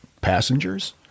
Passengers